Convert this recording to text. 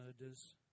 murders